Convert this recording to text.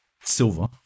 silver